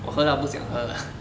我喝到不想喝啦